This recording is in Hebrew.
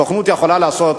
הסוכנות יכולה לעשות,